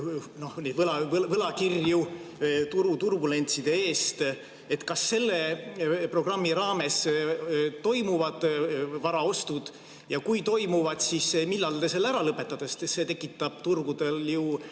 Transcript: võlakirju turu turbulentside eest. Kas selle programmi raames toimuvad varaostud ja kui toimuvad, siis millal te selle ära lõpetate? Sest see tekitab turgudel ju